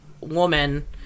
woman